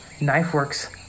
Knifeworks